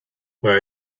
where